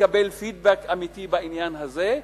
לקבל פידבק אמיתי בעניין הזה,